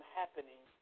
happening